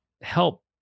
help